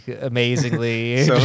amazingly—